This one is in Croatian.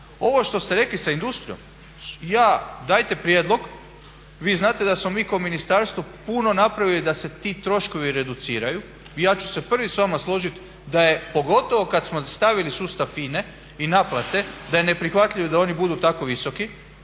Ovo što ste rekli sa industrijom, dajte prijedlog. Vi znate da smo mi kao ministarstvo puno napravili da se ti troškovi reduciraju i ja ću se prvi s vama složit da je pogotovo kad smo stavili sustav FINA-e i naplate, da je neprihvatljivo da oni budu tako visoki.